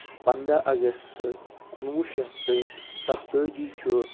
پَنداہ اَگست کُنوُہ شیٚتھ تہٕ سَتتٲجی چھُ